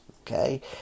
okay